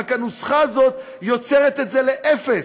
רק הנוסחה הזאת הופכת את זה לאפס.